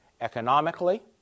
economically